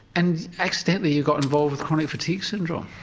and accidentally you got involved with chronic fatigue syndrome?